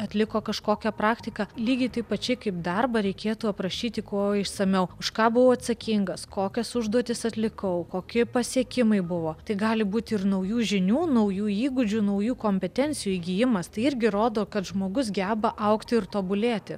atliko kažkokią praktiką lygiai taip pačiai kaip darbą reikėtų aprašyti kuo išsamiau už ką buvau atsakingas kokias užduotis atlikau kokie pasiekimai buvo tai gali būti ir naujų žinių naujų įgūdžių naujų kompetencijų įgijimas tai irgi rodo kad žmogus geba augti ir tobulėti